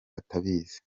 atabizi